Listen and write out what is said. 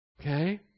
Okay